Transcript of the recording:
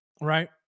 right